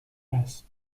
است